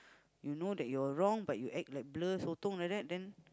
you know that you're wrong but you act like blur sotong like that then